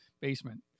basement